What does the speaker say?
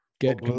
Get